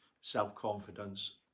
self-confidence